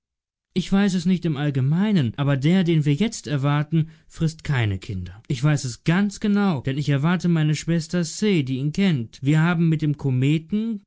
ich weiß es nicht im allgemeinen aber der den wir jetzt erwarten frißt keine kinder ich weiß es ganz genau denn ich erwarte meine schwester se die ihn kennt wir haben mit dem kometen